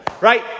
right